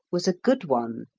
was a good one,